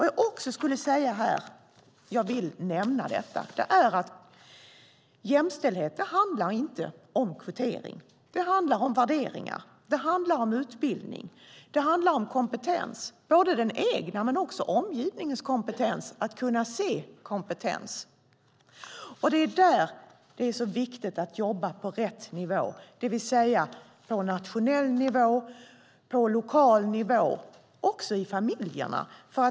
Jag vill också nämna att jämställdheten inte handlar om kvotering utan om värderingar, utbildning och kompetens - både den egna och omgivningens kompetens att kunna se kompetens. Det är där det är så viktigt att jobba på rätt nivå, det vill säga på nationell nivå, på lokal nivå och också i familjerna.